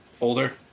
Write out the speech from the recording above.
older